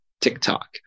TikTok